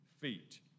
feet